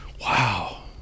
Wow